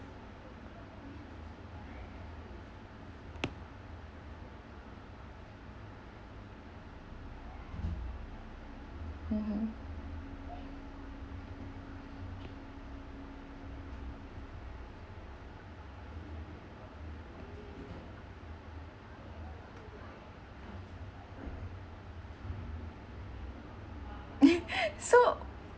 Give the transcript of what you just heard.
mmhmm so